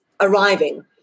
arriving